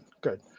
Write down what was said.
Good